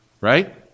right